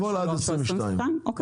הכל עד 2022. אוקי,